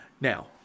Now